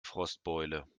frostbeule